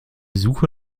suche